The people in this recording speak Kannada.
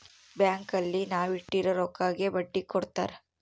ಬ್ಯಾಂಕ್ ಅಲ್ಲಿ ನಾವ್ ಇಟ್ಟಿರೋ ರೊಕ್ಕಗೆ ಬಡ್ಡಿ ಕೊಡ್ತಾರ